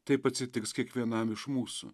taip atsitiks kiekvienam iš mūsų